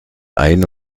ein